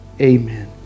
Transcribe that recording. amen